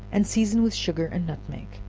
and season with sugar and nutmeg.